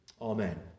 Amen